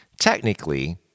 Technically